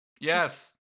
yes